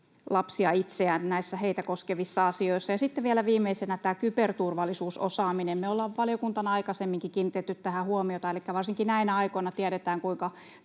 lapsia itseään näissä heitä koskevissa asioissa. Ja sitten vielä viimeisenä tämä kyberturvallisuusosaaminen. Me ollaan valiokuntana aikaisemminkin kiinnitetty tähän huomiota, elikkä varsinkin näinä aikoina tiedetään, kuinka